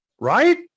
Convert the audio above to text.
right